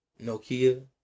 Nokia